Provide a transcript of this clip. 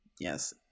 yes